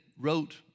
wrote